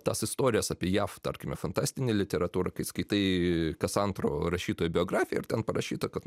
tas istorijas apie jav tarkime fantastinę literatūrą kai skaitai kas antro rašytojo biografiją ir ten parašyta kad